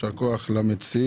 ישר כוח למציעים.